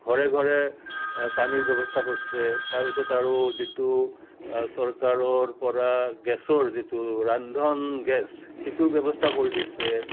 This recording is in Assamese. ঘৰে ঘৰে পানীৰ ব্যৱস্থা কৰিছে তাৰপিছত আৰু যিটো চৰকাৰৰ পৰা গেছৰ যিটো ৰন্ধন গেছ সেইটোৰ ব্যৱস্থা কৰি দিছে